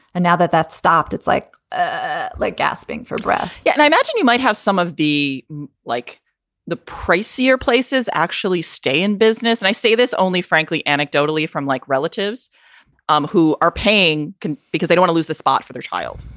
and now that that's stopped, it's like ah like gasping for breath yeah. and i imagine you might have some of the like the pricier places actually stay in business. and i say this only frankly, anecdotally from like relatives um who are paying can because they want to lose the spot for their child.